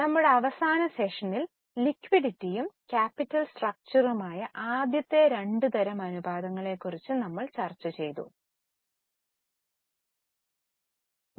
ഇപ്പോൾ നമ്മുടെ അവസാന സെഷനിൽ ലിക്വിഡിറ്റിയും ക്യാപിറ്റൽ സ്റ്റ്ക്ച്ചറും ആയ ആദ്യത്തെ രണ്ട് തരം അനുപാതങ്ങളെക്കുറിച്ച് നമ്മൾ ചർച്ച ആരംഭിച്ചു